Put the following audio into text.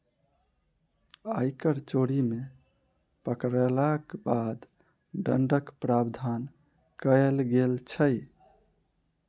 आयकर चोरी मे पकड़यलाक बाद दण्डक प्रावधान कयल गेल छै